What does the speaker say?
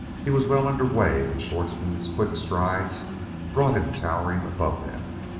he was well under way when schwartzmann's quick strides brought him towering above them.